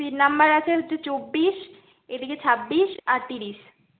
seat number আছে হচ্ছে চব্বিশ এদিকে ছাব্বিশ আর তিরিশ